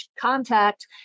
contact